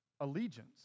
allegiance